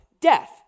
death